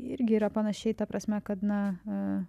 irgi yra panašiai ta prasme kad na